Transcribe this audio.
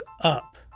up